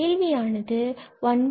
அதாவது கேள்வியானது 114124134